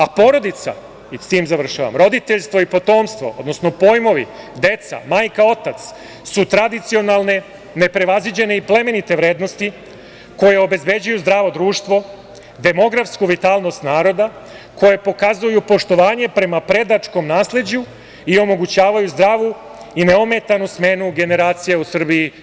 A porodica, roditeljstvo i potomstvo odnosno pojmovi deca, majka, otac, su tradicionalne neprevaziđene i plemenite vrednosti koje obezbeđuju zdravo društvo, demografsku vitalnost naroda koje pokazuju poštovanje prema predačkom nasleđu i omogućavaju zdravu i neometanu smenu generacija u Srbiji.